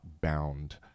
bound